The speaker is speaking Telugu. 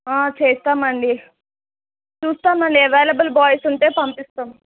చేస్తామండి చూస్తామండి అవైలబుల్ బాయ్స్ ఉంటే పంపిస్తాం